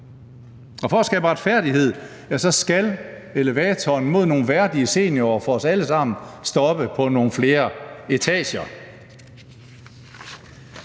og for at skabe retfærdighed skal elevatoren mod nogle værdige seniorår for os alle sammen stoppe på nogle flere etager.